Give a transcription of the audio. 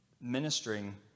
ministering